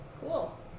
Cool